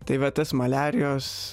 tai va tas maliarijos